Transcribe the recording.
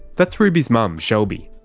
that's ruby's mum, shelby,